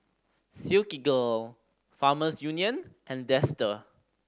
Silkygirl Farmers Union and Dester